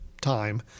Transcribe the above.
time